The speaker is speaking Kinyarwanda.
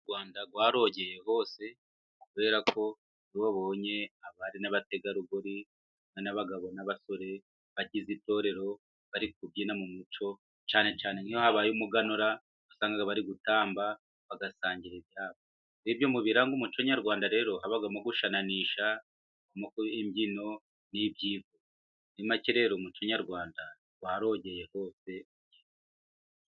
U Rwanda rwarogeye hose kubera ko iyo babonye abari n'abategarugori n'abagabo, n'abasore, bagize itorero bari kubyina, mu muco cyane cyane iyo habaye umuganura, wasangaga bari gutamba bagasangira ibyabo. Urebye mu biranga umuco nyarwanda rero habagamo gushananisha imbyino n'ibyivugo. Muri make rero umuco nyarwanda warogeye hose.